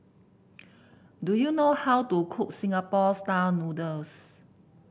do you know how to cook Singapore style noodles